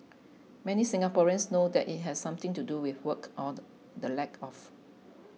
many Singaporeans know that it has something to do with work or the lack of